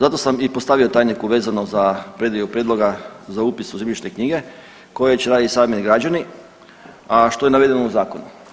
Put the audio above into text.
Zato sam i postavio tajniku vezano za predio prijedloga za upis u zemljišne knjige koje će raditi sami građani, a što je navedeno u ovom zakonu.